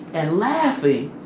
and laughing,